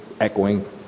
echoing